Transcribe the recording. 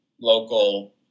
local